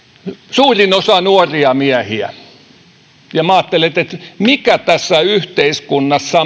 suurin osa nuoria miehiä niin minä ajattelin että mikä tässä yhteiskunnassa